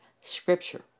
Scripture